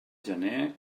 gener